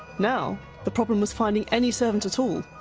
now the problem was finding any servant at all,